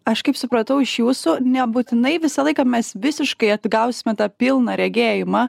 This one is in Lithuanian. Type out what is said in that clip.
aš kaip supratau iš jūsų nebūtinai visą laiką mes visiškai atgausime tą pilną regėjimą